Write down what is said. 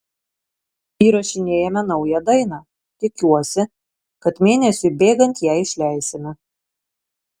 įrašinėjame naują dainą tikiuosi kad mėnesiui bėgant ją išleisime